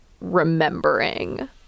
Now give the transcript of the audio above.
remembering